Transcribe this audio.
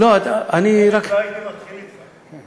אחרת לא הייתי מתחיל אתך.